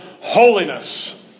Holiness